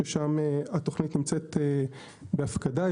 שם התוכנית נמצאת בהפקדה,